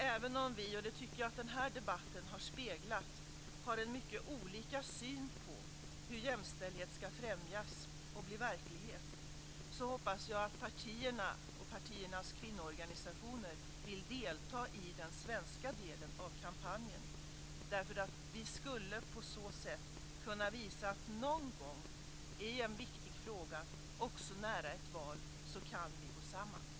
Även om vi - och det tycker jag att den här debatten har speglat - har en mycket olika syn på hur jämställdhet ska främjas och bli verklighet hoppas jag att partierna och partiernas kvinnoorganisationer vill delta i den svenska delen av kampanjen. På så sätt skulle vi kunna visa att vi någon gång i en viktig fråga kan gå samman, också nära ett val.